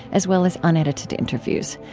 as well as unedited interviews.